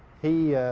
he,